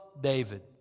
David